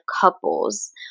couples